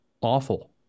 awful